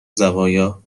زوایا